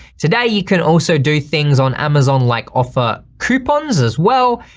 today you can also do things on amazon like offer coupons as well,